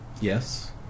Yes